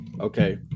okay